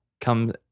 Come